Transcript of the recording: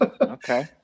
Okay